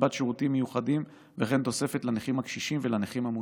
קצבת שירותים מיוחדים וכן תוספת לנכים הקשישים ולנכים המונשמים.